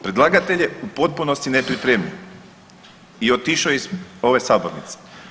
Predlagatelj je u potpunosti nepripremljen i otišao je iz ove sabornice.